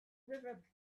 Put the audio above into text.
river